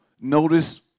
Notice